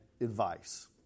advice